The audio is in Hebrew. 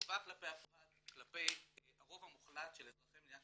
חובה כלפי הרוב המוחלט של אזרחי מדינת